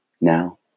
Now